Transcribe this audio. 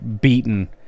beaten